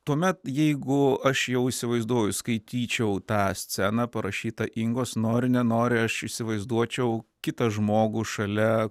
tuomet jeigu aš jau įsivaizduoju skaityčiau tą sceną parašytą ingos nori nenori aš įsivaizduočiau kitą žmogų šalia